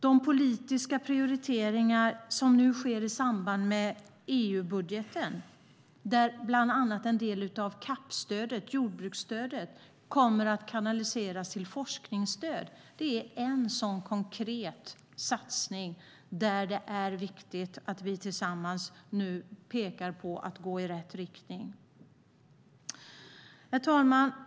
De politiska prioriteringar som nu sker i samband med EU-budgeten, där bland annat en del av CAP-stödet, jordbruksstödet, kommer att kanaliseras till forskning, är en konkret satsning och ett viktigt steg i rätt riktning. Herr talman!